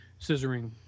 scissoring